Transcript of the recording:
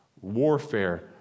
warfare